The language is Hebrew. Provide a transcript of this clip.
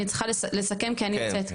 אני צריכה לסכם כי אני יוצאת.